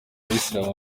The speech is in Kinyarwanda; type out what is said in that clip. abayisilamu